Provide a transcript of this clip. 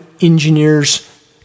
engineers